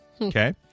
okay